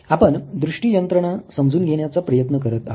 आपण दृष्टी यंत्रणा समजून घेण्याचा प्रयत्न करत आहोत